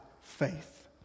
faith